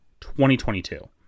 2022